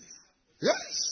Yes